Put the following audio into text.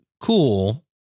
cool